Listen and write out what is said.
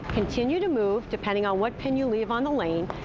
continue to move depending on what pin you leave on the lane,